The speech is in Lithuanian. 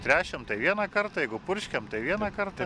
tręšiam tai vieną kartą jeigu purškiam tai vieną kartą